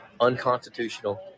unconstitutional